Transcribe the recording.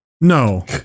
No